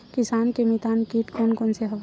किसान के मितान कीट कोन कोन से हवय?